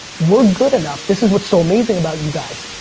we're good enough, this is what's so amazing about you guys.